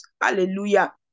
Hallelujah